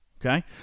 Okay